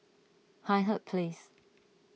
Hindhede Place